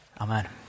amen